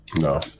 No